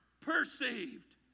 perceived